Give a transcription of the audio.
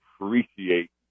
appreciate